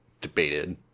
debated